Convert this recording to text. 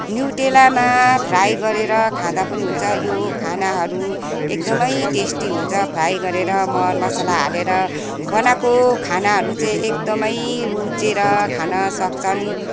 न्युट्रेलामा fry गरेर खाँदा पनि हुन्छ यो खानाहरू एकदमै टेस्टी हुन्छ फ्राई गरेर मरमसला हालेर बनाएको खानाहरू चाहिँ एकदमै रुचेर खान सक्छन्